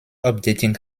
updating